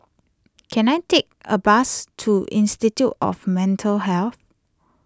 can I take a bus to Institute of Mental Health